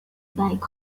biked